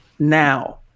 Now